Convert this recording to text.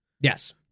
Yes